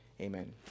Amen